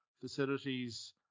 facilities